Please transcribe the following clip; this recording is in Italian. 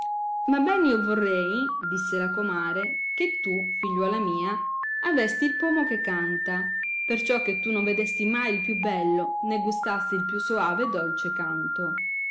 ma ben io vorrei disse la comare che tu figliuola mia avesti il pomo che canta perciò che tu non vedesti mai il più bello né gustasti il più soave e dolce canto